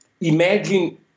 imagine